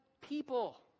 people